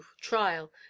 trial